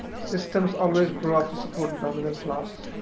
systems always grow up to support dominant class.